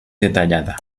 detallada